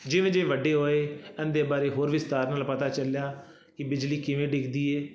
ਜਿਵੇਂ ਜਿਵੇਂ ਵੱਡੇ ਹੋਏ ਇਹਦੇ ਬਾਰੇ ਹੋਰ ਵਿਸਤਾਰ ਨਾਲ ਪਤਾ ਚੱਲਿਆ ਕਿ ਬਿਜਲੀ ਕਿਵੇਂ ਡਿੱਗਦੀ ਹੈ